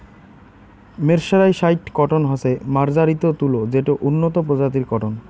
mercerised cotton হসে মার্জারিত তুলো যেটো উন্নত প্রজাতির কটন